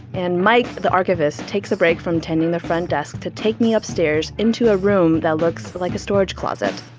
and mike, the archivist, takes a break from tending the front desk to take me upstairs into a room that looks like a storage closet